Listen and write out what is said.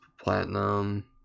platinum